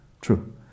true